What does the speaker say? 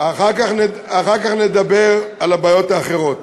אחר כך נדבר על הבעיות האחרות.